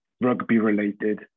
Rugby-related